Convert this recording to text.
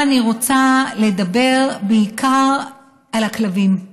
אבל אני רוצה לדבר בעיקר על הכלבים.